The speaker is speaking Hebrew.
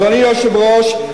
אדוני היושב-ראש,